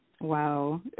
Wow